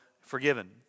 forgiven